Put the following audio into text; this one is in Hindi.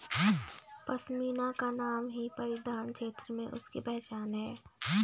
पशमीना का नाम ही परिधान क्षेत्र में उसकी पहचान है